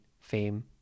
fame